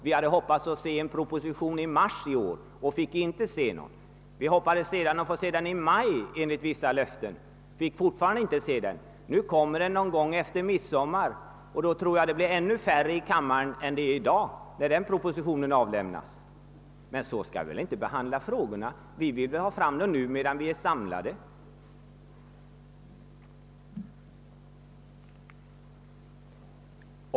Vi hade hoppats få se en proposition i mars, men det kom ingen. Vi hoppades sedan få se propositionen i maj enligt vissa löften, men vi har fortfarande inte. sett den. Den lär komma någon gång efter midsommar, och då är det t.o.m. färre ledamöter i kammaren än i dag. Så skall inte frågorna behandlas. Vi vill ha fram förslagen när vi är samlade.